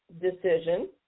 decision